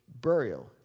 burial